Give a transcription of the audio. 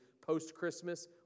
post-Christmas